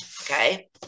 okay